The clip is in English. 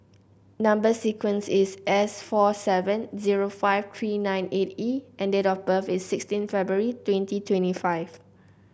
number sequence is S four seven zero five three nine eight E and date of birth is sixteen February twenty twenty five